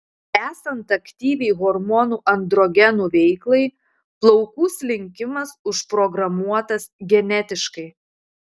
esant aktyviai hormonų androgenų veiklai plaukų slinkimas užprogramuotas genetiškai